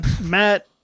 matt